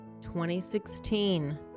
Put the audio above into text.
2016